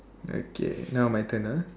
okay now my turn ah